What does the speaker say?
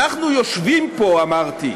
אנחנו יושבים פה, אמרתי,